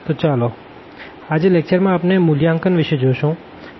તો આજે લેક્ચર માં આપણે મૂલ્યાંકન વિષે જોશું